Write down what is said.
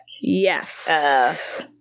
Yes